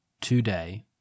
today –